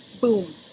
boom